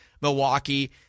Milwaukee